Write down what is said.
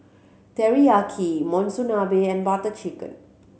Teriyaki Monsunabe and Butter Chicken